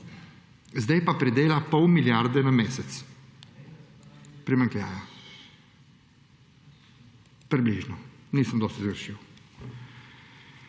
Zdaj pa pridela pol milijarde na mesec primanjkljaja. Približno. Nisem dosti zgrešil.